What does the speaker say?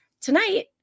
tonight